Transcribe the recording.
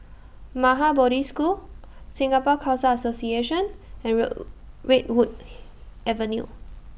Maha Bodhi School Singapore Khalsa Association and Road Redwood Avenue